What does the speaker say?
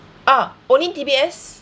ah only D_B_S